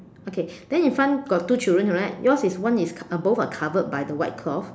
okay then in front got two children right yours is one is uh both are covered by the white cloth